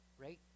Right